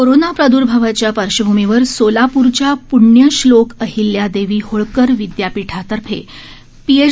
corona प्रादर्भावाच्या पार्श्वभूमीवर सोलापूरच्या पृण्यश्लोक अहिल्यादेवी होळकर विदयापीठातर्फे पीएच